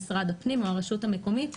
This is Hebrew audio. משרד הפנים או הרשות המקומית.